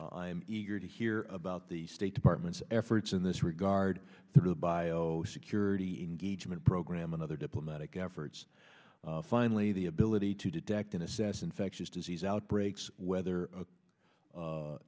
am eager to hear about the state department's efforts in this regard through a bio security engagement program another diplomatic efforts finally the ability to detect an assassin factious disease outbreaks whether